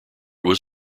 was